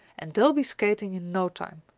and they'll be skating in no time.